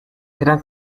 eran